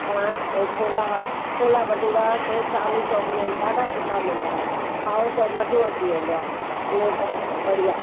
परां ओ छोला छोला भटूरा त चांदनी चौक में ॾाढा सुठा मिलंदा आहिनि खाओ त मज़ो अची वेंदो आहे प्लेट बढ़िया